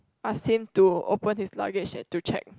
ask him to open his luggage and to check